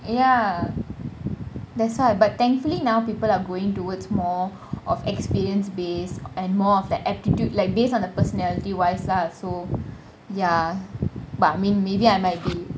ya that's why but thankfully now people are going towards more of experience based and more of the attitude like based on the personality wise lah so ya but I mean maybe I might be